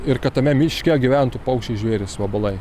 ir kad tame miške gyventų paukščiai žvėrys vabalai